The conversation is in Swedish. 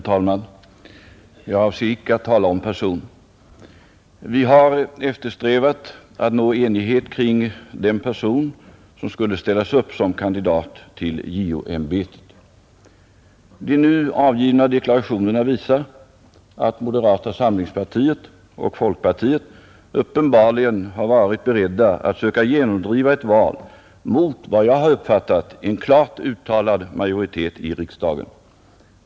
Herr talman! Jag avser icke att tala om person. Vi har eftersträvat att nå enighet kring den person som skulle ställas upp som kandidat till JO-ämbetet. De nu avgivna deklarationerna visar att moderata samlingspartiet och folkpartiet uppenbarligen har varit beredda att söka genomdriva ett val mot vad jag har uppfattat som en klart uttalad majoritet i riksdagen.